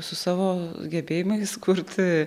su savo gebėjimais kurti